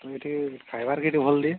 ତ ଏଇଠି ଖାଇବାର କେଉଁଠି ଭଲ ଦିଏ